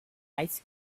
ice